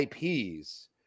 IPs